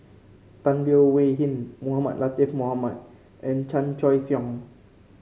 Tan Leo Wee Hin Mohamed Latiff Mohamed and Chan Choy Siong